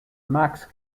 max